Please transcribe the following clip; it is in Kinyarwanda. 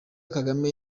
kagame